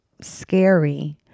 scary